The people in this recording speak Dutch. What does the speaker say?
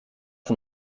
van